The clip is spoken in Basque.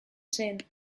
zen